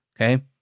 okay